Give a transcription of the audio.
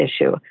issue